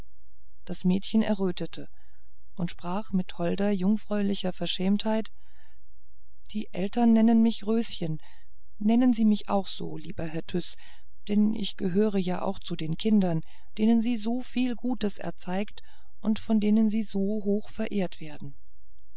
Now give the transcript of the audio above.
das mädchen errötete und sprach mit holder jungfräulicher verschämtheit die eltern nennen mich röschen nennen sie mich auch so lieber herr tyß denn ich gehöre ja auch zu den kindern denen sie so viel gutes erzeigt und von denen sie so hoch verehrt werden